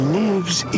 lives